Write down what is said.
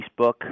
Facebook—